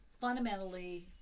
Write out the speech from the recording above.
fundamentally